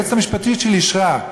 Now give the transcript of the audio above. היועצת המשפטית שלי אישרה.